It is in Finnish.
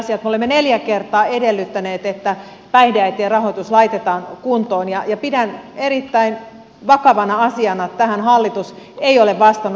me olemme neljä kertaa edellyttäneet että päihdeäitien rahoitus laitetaan kuntoon ja pidän erittäin vakavana asiana että tähän hallitus ei ole vastannut